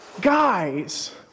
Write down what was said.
guys